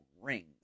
rings